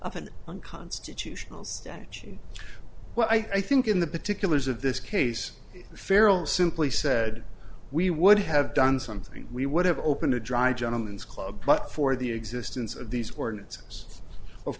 of an unconstitutional statute well i think in the particulars of this case the farrel simply said we would have done something we would have opened a dry gentleman's club but for the existence of these ordinances of